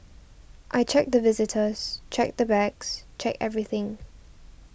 I check the visitors check the bags check everything